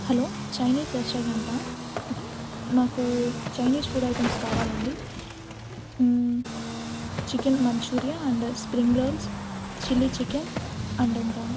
hello Chinese రెస్టారెంటా ఇది మాకు చైనీస్ ఫుడ్ ఐటమ్స్ కావాలండి chicken manchuria and spring rolls chilli chicken and ఇంకా